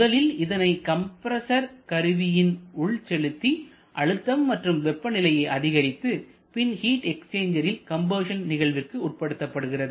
முதலில் இதனை கம்ப்ரஸர் கருவியின் உள்செலுத்தி அழுத்தம் மற்றும் வெப்பநிலையை அதிகரித்து பின் ஹீட் எக்ஸ்சேஞ்சரில் கம்பஷன் நிகழ்விற்கு உட்படுத்தப்படுகிறது